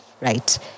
Right